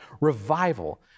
Revival